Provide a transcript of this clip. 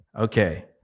Okay